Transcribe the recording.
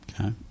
okay